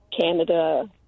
Canada